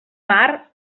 mar